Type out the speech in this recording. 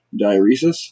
diuresis